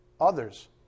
others